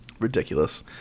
ridiculous